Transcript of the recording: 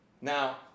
Now